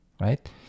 right